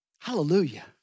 Hallelujah